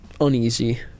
Uneasy